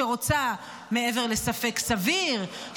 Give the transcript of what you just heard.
שרוצה מעבר לספק סביר,